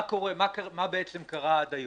מה בעצם קרה עד היום?